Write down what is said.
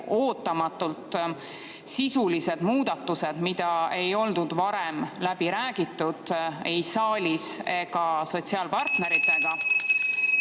ootamatult sisulised muudatused, mida ei oldud varem läbi räägitud ei saalis ega sotsiaalpartneritega.